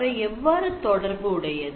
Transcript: அவை எவ்வாறு தொடர்பு உடையது